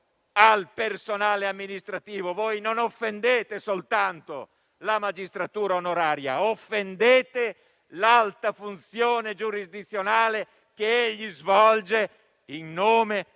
al personale amministrativo, voi non offendete soltanto la magistratura onoraria, ma anche l'alta funzione giurisdizionale svolta in nome